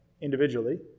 individually